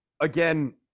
again